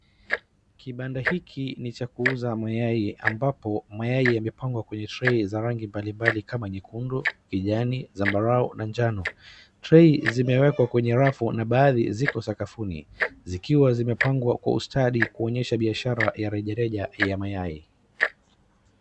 Kibanda hiki ni cha kuuza mayai ambapo mayai yamepangwa kwenye tray za rangi mbali mbali kama nyekundu, kijani, zambarau na kijano. Tray zimewekwa kwenye rafu na baadhi ziko sakafuni zikiwa zimepangwa kwa ustadi kuonyesha biashara ya rejareja ya mayai.